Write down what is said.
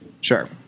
Sure